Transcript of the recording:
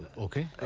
okay.